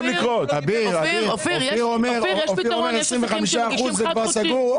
אופיר אומר שכבר סגור לגבי ה-25 אחוזים,